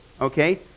okay